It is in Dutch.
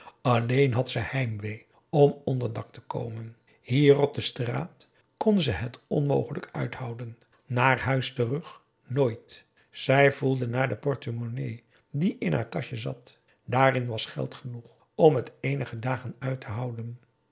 alleen had ze een heimweh om onderdak te komen hier op de straat kon ze het onmogelijk uithouden naar huis terug nooit zij voelde naar de portemonnaie die in haar taschje zat daarin was geld genoeg om het eenige dagen uit te houden